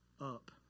up